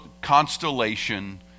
constellation